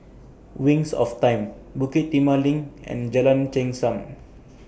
Wings of Time Bukit Timah LINK and Jalan